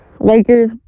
Lakers